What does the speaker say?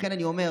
לכן אני אומר,